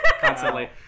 Constantly